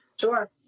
Sure